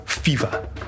Fever